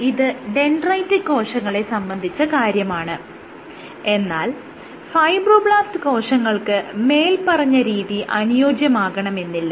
ഇത് ഡെൻഡ്രൈറ്റിക് കോശങ്ങളെ സംബന്ധിച്ച കാര്യമാണ് എന്നാൽ ഫൈബ്രോബ്ലാസ്റ് കോശങ്ങൾക്ക് മേല്പറഞ്ഞ രീതി അനുയോജ്യമാകണമെന്നില്ല